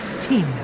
team